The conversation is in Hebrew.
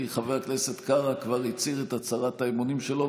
כי חבר הכנסת קרא כבר הצהיר את הצהרת האמונים שלו,